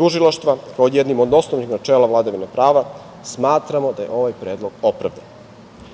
tužilaštva, kao jednim od osnovnih načela vladavine prava, smatramo da je ovaj predlog opravdan. Dobili